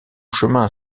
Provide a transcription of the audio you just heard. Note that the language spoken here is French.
chemin